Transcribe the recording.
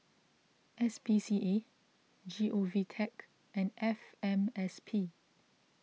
S P C A G O V Tech and F M S P